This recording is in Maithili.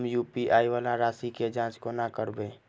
हम यु.पी.आई वला राशि केँ जाँच कोना करबै?